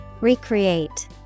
Recreate